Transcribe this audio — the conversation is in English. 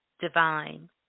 divine